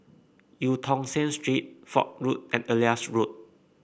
Eu Tong Sen Street Fort Road and Elias Road